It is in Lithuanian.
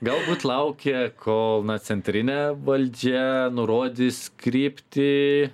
galbūt laukia kol centrinė valdžia nurodys kryptį